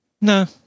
No